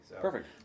Perfect